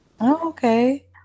Okay